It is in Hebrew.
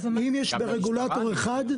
אם יש רגולטור אחד,